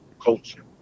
culture